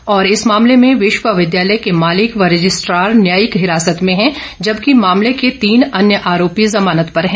उन्होंने कहा कि इस मामले में विश्वविद्यालय के मालिक और रजिस्ट्रार न्यायिक हिरासत में हैं जबकि मामले के तीन अन्य आरोपी जमानत पर हैं